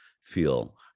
feel